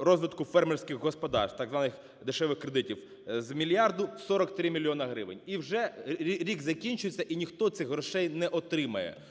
розвитку фермерських господарств, так званих дешевих кредитів: з мільярду – 43 мільйони гривень. І вже рік закінчується - і ніхто цих грошей не отримає.